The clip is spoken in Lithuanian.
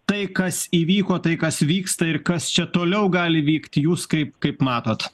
tai kas įvyko tai kas vyksta ir kas čia toliau gali vykti jūs kaip kaip matot